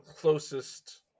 closest